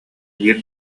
биир